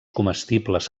comestibles